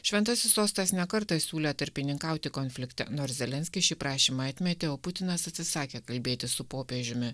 šventasis sostas ne kartą siūlė tarpininkauti konflikte nors zelenskis šį prašymą atmetė o putinas atsisakė kalbėtis su popiežiumi